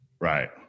Right